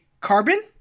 carbon